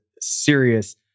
serious